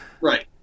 Right